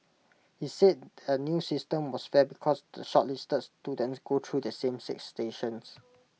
he said the new system was fair because the shortlisted students go through the same six stations